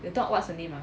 the dog what's the name